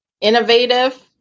innovative